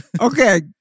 Okay